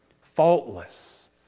faultless